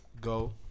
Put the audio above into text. Go